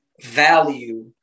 value